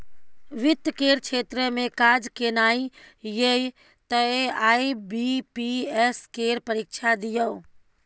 वित्त केर क्षेत्र मे काज केनाइ यै तए आई.बी.पी.एस केर परीक्षा दियौ